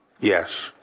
Yes